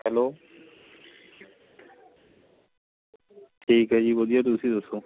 hello ਠੀਕ ਹੈ ਜੀ ਵਧੀਆ ਤੁਸੀਂ ਦੱਸੋ